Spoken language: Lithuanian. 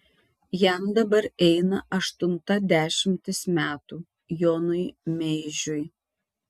jam dabar eina aštunta dešimtis metų jonui meižiui